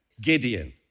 Gideon